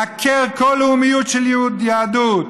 לעקר כל לאומיות של יהדות,